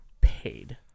paid